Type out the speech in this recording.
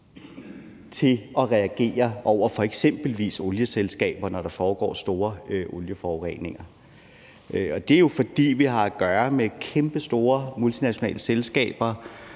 til at reagere over for eksempelvis olieselskaberne, når der foregår store olieforureninger. Det er jo, fordi vi har at gøre med kæmpestore multinationale selskaber,